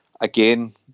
Again